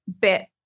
bit